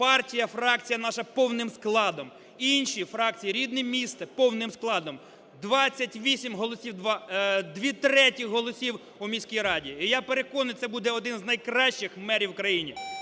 партія, фракція наша повним складом, і інші фракції, "Рідне місто" повним складом. 28 голосів, дві треті голосів у міській раді. І я переконаний це буде один із найкращих мерів в країні.